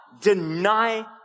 deny